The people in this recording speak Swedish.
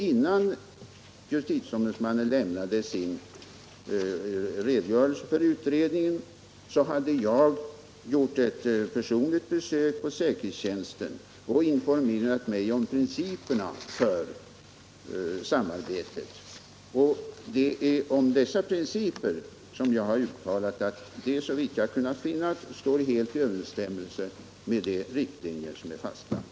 Innan justitieombudsmannen lämnade sin redogörelse för utredningen hade jag gjort ett personligt besök på säkerhetstjänsten och informerat mig om principerna för samarbetet. Det är om dessa principer som jag har uttalat att de, såvitt jag har kunnat finna, står helt i överensstämmelse med de riktlinjer som är fastlagda.